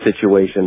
situation